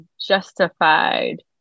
Justified